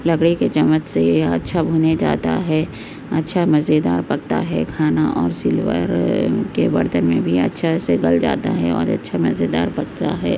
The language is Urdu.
لکڑی کے چمچ سے اچھا بھنے جاتا ہے اچھا مزیدار پکتا ہے کھانا اور سلور کے برتن میں بھی اچھے سے گل جاتا ہے اور اچھا مزیدار پکتا ہے